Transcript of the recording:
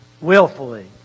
willfully